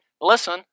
listen